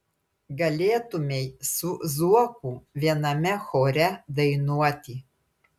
galėtumei su zuoku viename chore dainuoti